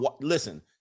listen